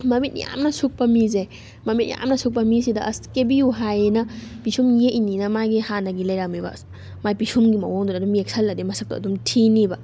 ꯃꯃꯤꯠ ꯌꯥꯝꯅ ꯁꯨꯞꯄ ꯃꯤꯁꯦ ꯃꯃꯤꯠ ꯌꯥꯝꯅ ꯁꯨꯞꯄ ꯃꯤꯁꯤꯗ ꯑꯁ ꯀꯦꯕꯤꯌꯨ ꯍꯥꯏꯌꯦꯅ ꯄꯤꯁꯨꯝ ꯌꯦꯛꯏꯅꯦꯅ ꯃꯥꯒꯤ ꯍꯥꯟꯅꯒꯤ ꯂꯩꯔꯝꯃꯤꯕ ꯃꯥꯏ ꯄꯤꯁꯨꯝꯒꯤ ꯃꯑꯣꯡꯗꯨꯗ ꯑꯗꯨꯝ ꯌꯦꯛꯁꯜꯂꯗꯤ ꯃꯁꯛꯇꯨ ꯑꯗꯨꯝ ꯊꯤꯅꯤꯕ